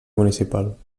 municipal